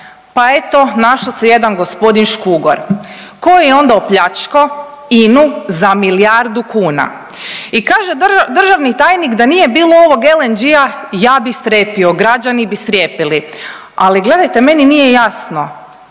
pa eto našao se jedan g. Škugor koji je onda opljačko INA-u za milijardu kuna. I kaže državni tajnik da nije bilo ovog LNG-a ja bi strepio, građani bi strijepili, ali gledajte meni nije jasno